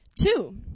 Two